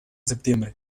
septiembre